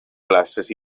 places